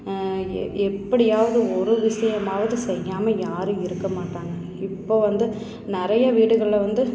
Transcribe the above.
எப்படியாவது ஒரு விஷயமாவது செய்யாமல் யாரும் இருக்க மாட்டாங்க இப்போ வந்து நிறைய வீடுகளில் வந்து